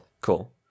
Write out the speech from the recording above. Cool